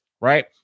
Right